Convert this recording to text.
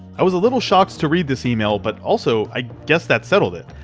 i was a little shocked to read this email, but also, i guess that settled it.